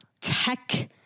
tech